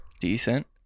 Decent